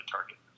Target